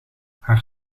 haar